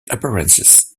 appearances